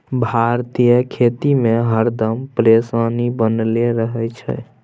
भारतीय खेती में हरदम परेशानी बनले रहे छै